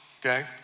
okay